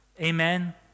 Amen